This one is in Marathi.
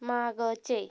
मागचे